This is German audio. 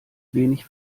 wenig